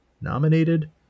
nominated